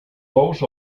bous